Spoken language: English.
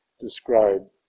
described